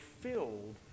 filled